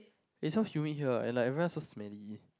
is sound shoot we here and like so smelly